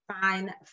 fine